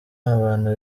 abantu